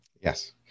Yes